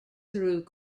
through